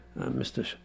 Mr